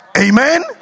Amen